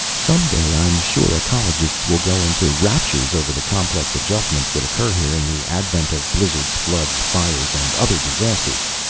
some day i'm sure, ecologists will go into raptures over the complex adjustments that occur here in the advent of blizzards, floods, fires and other disasters.